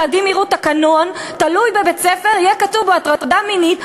ילדים יראו תקנון תלוי בבית-הספר ויהיה כתוב בו "הטרדה מינית",